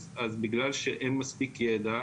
אז בגלל שאין מספיק ידע,